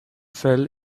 fell